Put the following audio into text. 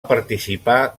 participar